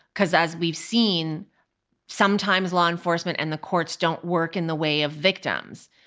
because as we've seen sometimes law enforcement and the courts don't work in the way of victims.